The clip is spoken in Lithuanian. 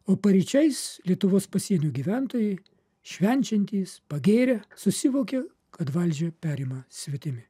o paryčiais lietuvos pasienio gyventojai švenčiantys pagėrę susivokė kad valdžią perima svetimi